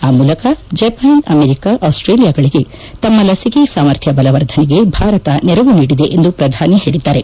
ಆ ಮೂಲಕ Japan America ಆಸ್ಟ್ರೇಲಿಯಾಗಳಿಗೆ ತಮ್ಮ ಲಸಿಕೆ ಸಾಮರ್ಥ್ಯ ಬಲವರ್ಧನೆಗೆ ಭಾರತ ನೆರವು ನೀಡಿದೆ ಎಂದು ಪ್ರಧಾನಿ ಹೇಳಿದ್ದಾರೆ